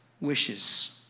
wishes